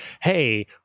hey